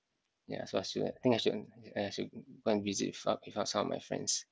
ya so I should I think I should I should and visit up with some of my friends